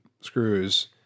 screws